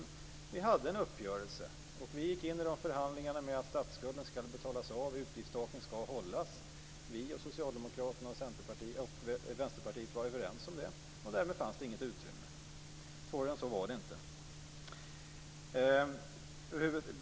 Vi hade en uppgörelse. Miljöpartiet gick in i de förhandlingarna med förutsättningen att statsskulden skall betalas av och utgiftstaken skall hållas. Miljöpartiet, Socialdemokraterna och Vänsterpartiet var överens om det, och därmed fanns det inget utrymme. Svårare än så var det inte.